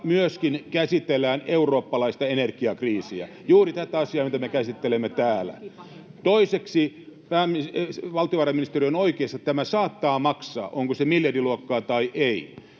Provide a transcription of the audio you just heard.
myöskin käsitellään eurooppalaista energiakriisiä, juuri tätä asiaa, mitä me käsittelemme täällä. Toiseksi, valtiovarainministeri on oikeassa. Tämä saattaa maksaa — miljardiluokkaa tai ei.